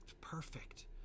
perfect